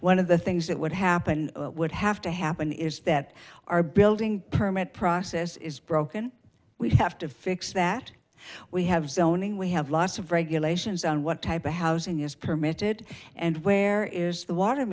one of the things that would happen would have to happen is that our building permit process is broken we have to fix that we have zoning we have lots of regulations on what type of housing is permitted and where is the water